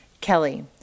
Kelly